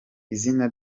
izina